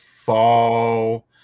fall